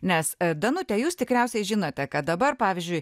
nes danute jūs tikriausiai žinote kad dabar pavyzdžiui